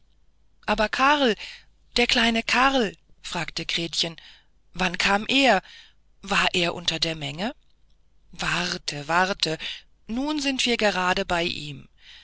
aber karl der kleine karl fragte gretchen wann kam der war er unter der menge warte warte nun sind wir gerade bei ihm